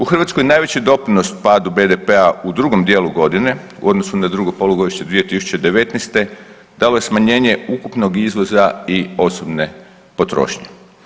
U Hrvatskoj najveći doprinos padu BDP-a u drugom dijelu godine u odnosu na drugo polugodište 2019. dalo je smanjenje ukupnog izvoza i osobne potrošnje.